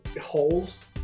holes